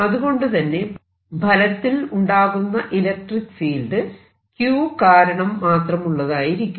അതുകൊണ്ടുതന്നെ ഫലത്തിൽ ഉണ്ടാകുന്ന ഇലക്ട്രിക്ക് ഫീൽഡ് Q കാരണം മാത്രമുള്ളതായിരിക്കും